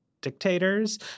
dictators